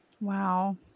Wow